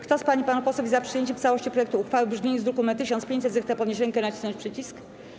Kto z pań i panów posłów jest za przyjęciem w całości projektu uchwały w brzmieniu z druku nr 1500, zechce podnieść rękę i nacisnąć przycisk.